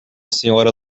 sra